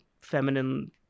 feminine